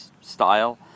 style